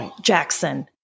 Jackson